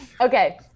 Okay